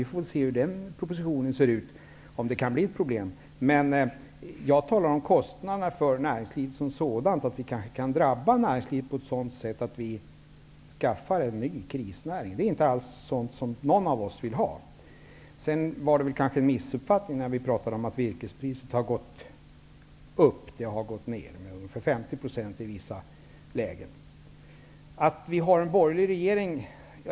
Vi får se hur den propositionen ser ut. Jag talar om kostnaderna för näringslivet som sådant. Vi kanske kan drabba näringslivet på så sätt att vi skaffar en ny krisnäring. Det är inte något vi vill ha. Det var väl en missuppfattning när vi talade om att virkespriset har gått upp. Det har gått ner -- i vissa lägen med 50 %. Vi skall nog vara tacksamma för att vi har en borgerlig regering.